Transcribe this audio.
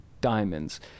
Diamonds